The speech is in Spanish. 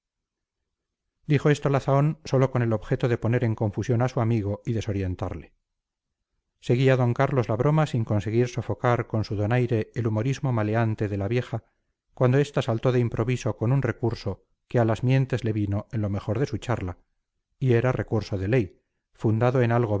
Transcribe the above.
dijo esto la zahón sólo con el objeto de poner en confusión a su amigo y desorientarle seguía d carlos la broma sin conseguir sofocar con su donaire el humorismo maleante de la vieja cuando esta saltó de improviso con un recurso que a las mientes le vino en lo mejor de su charla y era recurso de ley fundado en